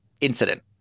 incident